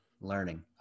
learning